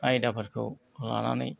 आयदाफोरखौ लानानै